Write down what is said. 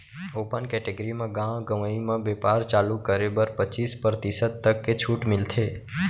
open category म गाँव गंवई म बेपार चालू करे बर पचीस परतिसत तक के छूट मिलथे